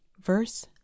Verse